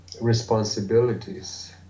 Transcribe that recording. responsibilities